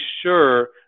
sure